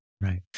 Right